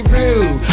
rude